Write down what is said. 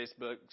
Facebook